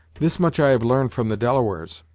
this much i have l'arned from the delawares,